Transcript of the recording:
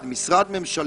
במפורש,